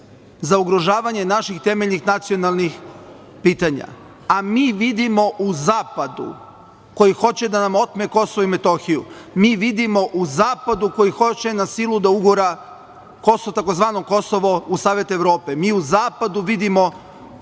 za ugrožavanje naših temeljnih nacionalnih pitanja, a mi vidimo u zapadu koji hoće da nam otme Kosovo i Metohiju. Mi vidimo u zapadu koji hoće na silu da ugura tzv. Kosovo u Savet Evrope. Mi u zapadu vidimo,